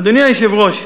אדוני היושב-ראש,